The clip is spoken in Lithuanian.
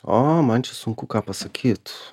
o man čia sunku ką pasakyt